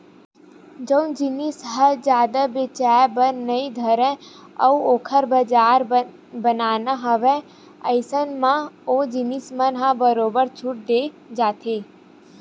जउन जिनिस ह जादा बेचाये बर नइ धरय अउ ओखर बजार बनाना हवय अइसन म ओ जिनिस म बरोबर छूट देय जाथे